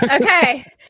okay